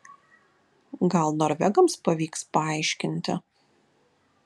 gal norvegams pavyks paaiškinti